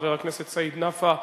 חבר הכנסת סעיד נפאע,